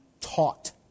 taught